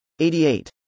88